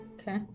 Okay